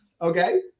Okay